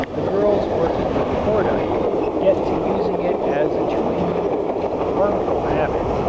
the girls working with cordite get to using it as chewing gum a harmful habit,